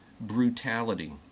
brutality